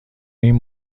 این